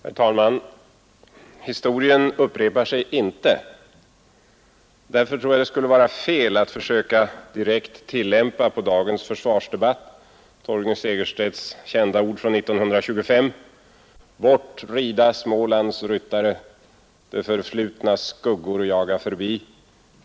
Herr talman! Historien upprepar sig inte. Därför tror jag det skulle vara fel att försöka direkt tillämpa på dagens försvarsdebatt Torgny Segerstedts kända ord från 1925: ”Bort rida Smålands ryttare. Det förflutnas skuggor jaga förbi.